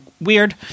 weird